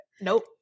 Nope